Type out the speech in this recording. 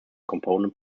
component